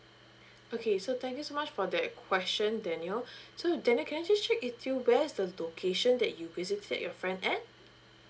okay so thank you so much for that question daniel so danial can I just check with you where's the location that you visited your friend at